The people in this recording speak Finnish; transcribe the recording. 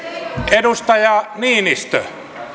edustaja niinistö